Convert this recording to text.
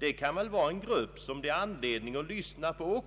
Det är en grupp som det borde finnas anledning att lyssna på